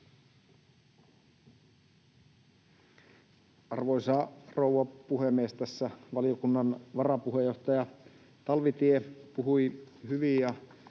Arvoisa rouva puhemies! Tässä valiokunnan varapuheenjohtaja Talvitie puhui hyvin,